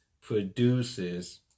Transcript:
produces